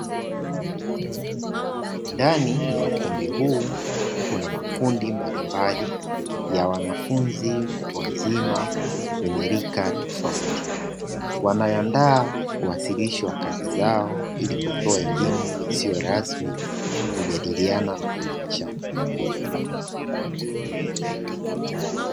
Ndani ya ukumbi huu kuna makundi mbalimbali ya wanafunzi watu wazima wenye rika tofauti, wanayaandaa uwasilisho wa kazi zao ili kutoa elimu isiyo rasmi kujadiliana na kuelimishana.